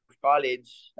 college